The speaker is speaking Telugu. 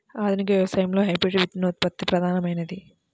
ఆధునిక వ్యవసాయంలో హైబ్రిడ్ విత్తనోత్పత్తి ప్రధానమైనది